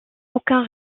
aucun